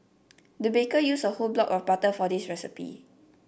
the baker used a whole block of butter for this recipe